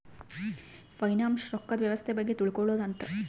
finance ರೊಕ್ಕದ್ ವ್ಯವಸ್ತೆ ಬಗ್ಗೆ ತಿಳ್ಕೊಳೋದು ಅಂತ